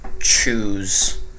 choose